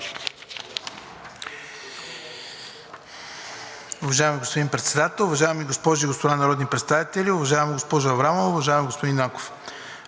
Уважаеми господин Председател, уважаеми госпожи и господа народни представители, уважаема госпожо Аврамова, уважаеми господин Нанков!